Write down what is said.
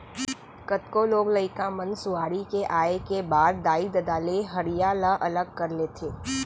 कतको लोग लइका मन सुआरी के आए के बाद दाई ददा ले हँड़िया ल अलग कर लेथें